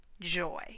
joy